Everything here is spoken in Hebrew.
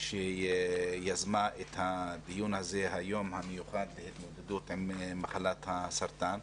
שיזמה את הדיון הזה היום המיוחד להתמודדות עם מחלת הסרטן.